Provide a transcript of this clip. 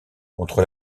contre